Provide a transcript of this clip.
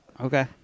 Okay